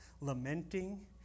lamenting